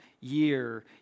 year